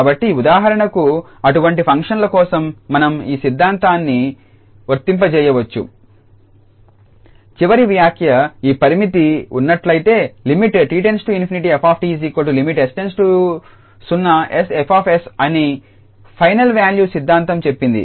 కాబట్టి ఉదాహరణకు అటువంటి ఫంక్షన్ల కోసం మనం ఈ సిద్ధాంతాలని వర్తింపజేయవచ్చు చివరి వ్యాఖ్య ఈ పరిమితి ఉన్నట్లయితేలిమిట్ t→∞f𝑡 లిమిట్ 𝑠→0 𝑠𝐹𝑠 అని ఫైనల్ వాల్యూ సిద్దాంతం చెప్తుంది